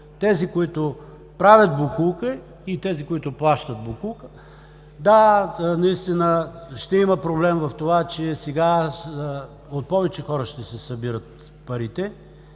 тези, които правят боклука и тези, които плащат боклука. Да, наистина ще има проблем в това, че сега от повече хора ще се събират парите,